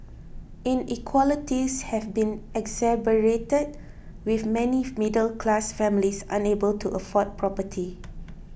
inequalities have been exacerbated with many middle class families unable to afford property